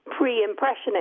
pre-impressionist